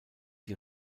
die